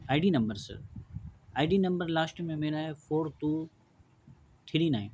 I D number sir I D number last میں میرا ہے فور ٹو تھری نائن